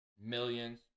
Millions